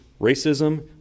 racism